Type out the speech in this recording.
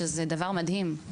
שזה דבר מדהים.